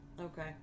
Okay